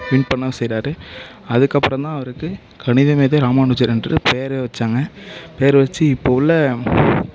win பண்ணவும் செய்கிறாரு அதுக்கப்புறந்தான் அவருக்கு கணித மேதை ராமானுஜர் என்று பேரே வச்சாங்க பேர் வச்சு இப்போ உள்ள